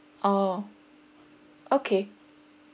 orh okay